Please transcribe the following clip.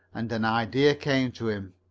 and an idea came to him.